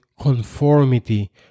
conformity